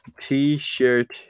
t-shirt